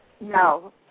No